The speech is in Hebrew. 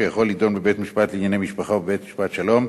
שיכול להידון בבית-המשפט לענייני משפחה או בבית-משפט השלום,